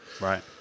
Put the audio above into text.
Right